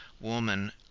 Woman